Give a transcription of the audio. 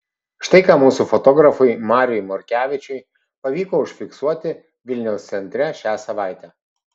štai ką mūsų fotografui mariui morkevičiui pavyko užfiksuoti vilniaus centre šią savaitę